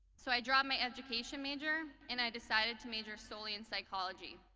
so i dropped my education major and i decided to major solely in psychology.